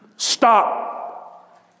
Stop